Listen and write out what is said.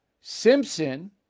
Simpson